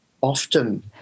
often